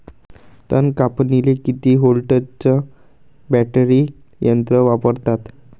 तन कापनीले किती व्होल्टचं बॅटरी यंत्र वापरतात?